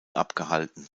abgehalten